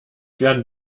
werden